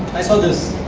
i saw this.